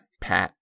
Pat